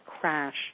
crash